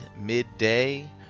midday –